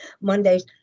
Mondays